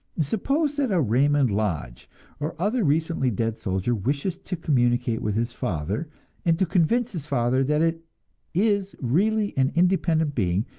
suppose that a raymond lodge or other recently dead soldier wishes to communicate with his father and to convince his father that it is really an independent being,